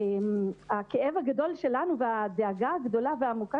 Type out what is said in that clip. הכאב הגדול שלנו והדאגה הגדולה והעמוקה